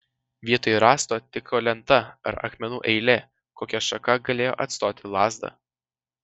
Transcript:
vietoj rąsto tiko lenta ar akmenų eilė kokia šaka galėjo atstoti lazdą